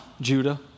Judah